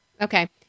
Okay